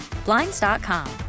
blinds.com